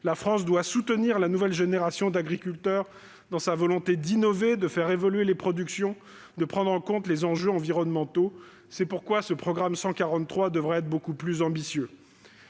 La France doit soutenir la nouvelle génération d'agriculteurs dans sa volonté d'innover, de faire évoluer les productions et de prendre en compte les enjeux environnementaux. C'est pourquoi le programme 143 devra être beaucoup plus ambitieux.